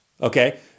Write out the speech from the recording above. okay